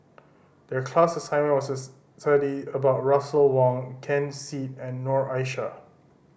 the class assignment was study about Russel Wong Ken Seet and Noor Aishah